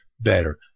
better